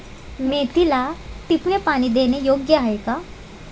मेथीला ड्रिपने पाणी देणे योग्य आहे का?